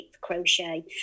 crochet